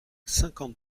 cinquante